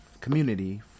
community